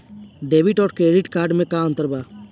Debit आउर credit card मे का अंतर बा?